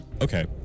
Okay